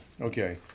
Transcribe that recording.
Okay